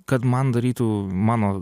kad man darytų mano